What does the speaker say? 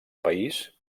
país